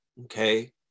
okay